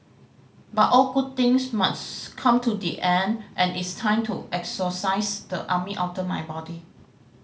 but all good things must come to the end and it's time to exorcise the army outta my body